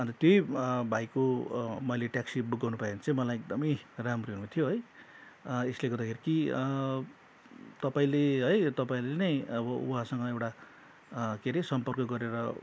अन्त त्यही भाइको मैले ट्याक्सी बुक गर्न पाएँ भने चाहिँ मलाई एकदमै राम्रो हुने थियो है यसले गर्दाखेरि कि तपाईँले है यो तपाईँले नै अब उहाँसँग एउटा के अरे सम्पर्क गरेर